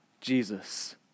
Jesus